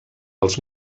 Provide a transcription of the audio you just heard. els